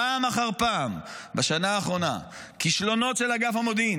פעם אחר פעם בשנה האחרונה כישלונות של אגף המודיעין,